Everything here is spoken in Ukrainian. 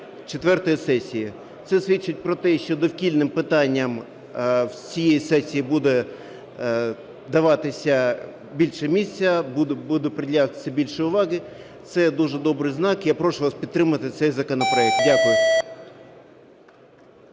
четвертої сесії. Це свідчить про те, що довкільним питанням всієї сесії буде даватися більше місця, буде приділятися більше уваги, це дуже добрий знак. Я прошу вас підтримати цей законопроект. Дякую.